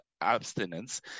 abstinence